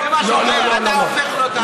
אתה הופך לו את ההצעה.